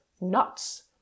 nuts